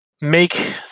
make